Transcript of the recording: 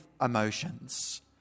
emotions